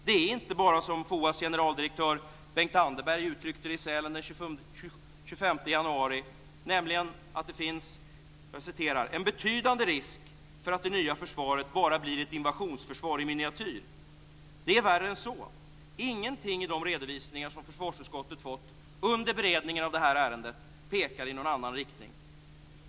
Det är inte bara det att det finns en betydande risk för att det nya försvaret bara blir ett invationsförsvar i miniatyr, som FOA:s generaldirektör Bengt Anderberg uttryckte det i Sälen den 25 januari. Det är värre än så. Ingenting i de redovisningar som försvarsutskottet fått under beredningen av detta ärende pekar i någon annan riktning.